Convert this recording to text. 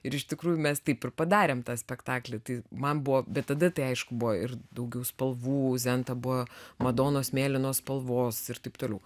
ir iš tikrųjų mes taip ir padarėm tą spektaklį tai man buvo bet tada tai aišku buvo ir daugiau spalvų zenta buvo madonos mėlynos spalvos ir taip toliau